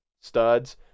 studs